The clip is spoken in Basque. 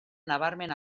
nabarmen